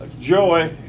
joy